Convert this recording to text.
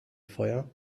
feuer